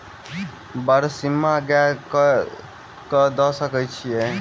बरसीम गाय कऽ दऽ सकय छीयै?